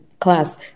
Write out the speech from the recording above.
class